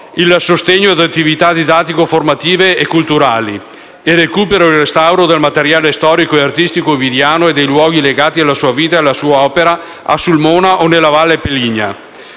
il sostegno ad attività didattico-formative e culturali; il recupero e il restauro del materiale storico e artistico ovidiano e dei luoghi legati alla sua vita e alla sua opera, a Sulmona o nella Valle Peligna;